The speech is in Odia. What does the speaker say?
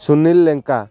ସୁନୀଲ ଲେଙ୍କା